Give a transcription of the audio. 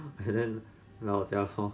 and then 来我家 lor